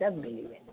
सभु मिली वेंदा